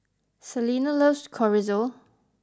Salina loves Chorizo